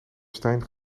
stijn